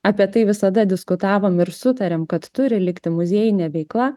apie tai visada diskutavom ir sutarėm kad turi likti muziejinė veikla